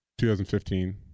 2015